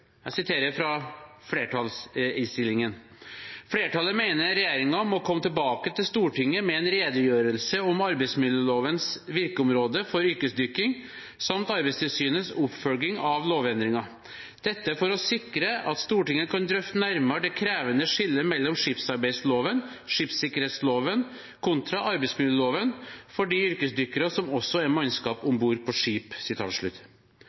Jeg siterer fra flertallsinnstillingen: «Flertallet mener regjeringen må komme tilbake til Stortinget med en redegjørelse om arbeidsmiljølovens virkeområde for yrkesdykking samt Arbeidstilsynets oppfølging av lovendringen, dette for å sikre at Stortinget kan drøfte nærmere det krevende skillet mellom skipsarbeidsloven/skipssikkerhetsloven kontra arbeidsmiljøloven for de yrkesdykkerne som også er mannskap